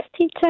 teacher